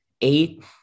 Eight